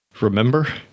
remember